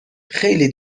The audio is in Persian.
خیلی